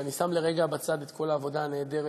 ואני שם לרגע בצד את כל העבודה הנהדרת,